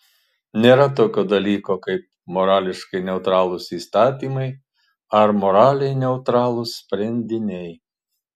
nėra tokio dalyko kaip morališkai neutralūs įstatymai ar moraliai neutralūs sprendiniai